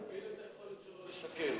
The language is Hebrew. להגביל את היכולת שלו לשקר,